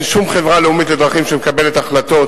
אין שום חברה לאומית לדרכים שמקבלת החלטות.